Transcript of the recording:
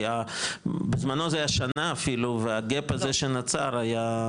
כי בזמנו זה היה שנה אפילו והגפ הזה שנוצר היה חבל.